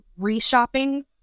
reshopping